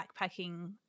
backpacking